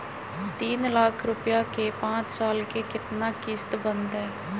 तीन लाख रुपया के पाँच साल के केतना किस्त बनतै?